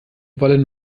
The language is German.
wollen